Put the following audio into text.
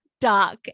dark